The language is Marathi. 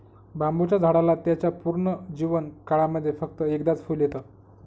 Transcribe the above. बांबुच्या झाडाला त्याच्या पूर्ण जीवन काळामध्ये फक्त एकदाच फुल येत